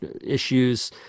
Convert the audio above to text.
issues